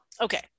Okay